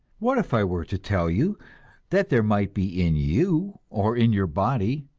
what if i were to tell you that there might be in you, or in your body,